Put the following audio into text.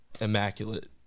immaculate